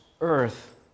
earth